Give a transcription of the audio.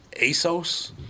ASOS